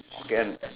can